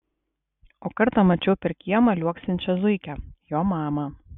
o kartą mačiau per kiemą liuoksinčią zuikę jo mamą